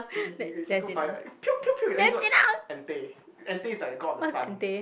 he he he got fire and !pew pew pew! and he got and Tay and Tay is like the god of the sun